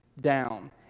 down